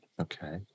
Okay